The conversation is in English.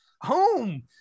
home